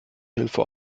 hilfe